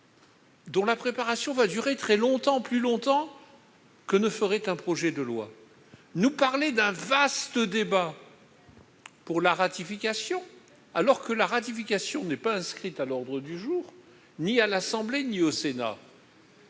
dont la préparation va durer très longtemps- plus longtemps que l'élaboration d'un projet de loi -, et nous parler d'un vaste débat pour la ratification, alors que celle-ci n'est pas inscrite à l'ordre du jour, ni à l'Assemblée nationale